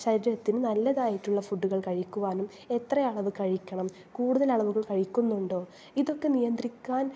ശരീരത്തിന് നല്ലതായിട്ടുള്ള ഫുഡ്കൾ കഴിക്കുവാനും എത്ര അളവ് കഴിക്കണം കൂടുതൽ അളവ് കഴിക്കുന്നുണ്ടോ ഇതൊക്കെ നിയന്ത്രിക്കാൻ